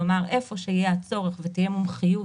כלומר היכן שיהיה הצורך ותהיה מומחיות